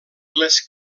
les